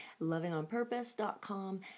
lovingonpurpose.com